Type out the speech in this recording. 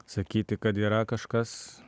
sakyti kad yra kažkas